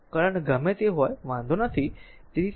current ગમે તે હોય તે વાંધો નથી બરાબર